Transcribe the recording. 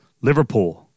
Liverpool